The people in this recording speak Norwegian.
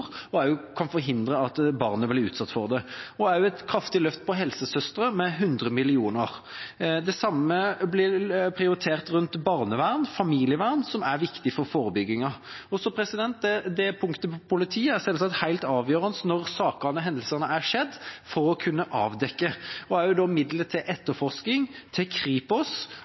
kan også forhindre at barnet blir utsatt for det. Det er også et kraftig løft for helsesøstre, med 100 mill. kr. Det samme blir prioritert til barnevern og familievern, som er viktig for forebyggingen. Punktet politi er selvsagt helt avgjørende når sakene og hendelsene har skjedd, for å kunne avdekke. Også midler til etterforskning, til Kripos,